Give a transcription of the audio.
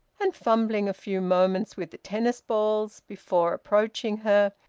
and fumbling a few moments with the tennis balls before approaching her,